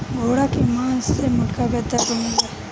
घोड़ा के मास से मोटका गद्दा बनेला